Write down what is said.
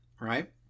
right